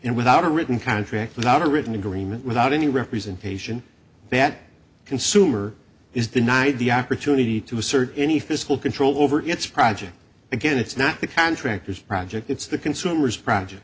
and without a written contract without a written agreement without any representation that consumer is denied the opportunity to assert any fiscal control over its project again it's not the contractors project it's the consumers project